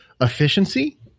efficiency